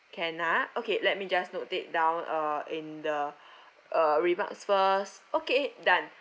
can ah okay let me just note that down uh in the uh remarks first okay done